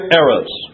errors